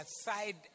aside